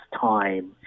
time